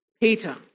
Peter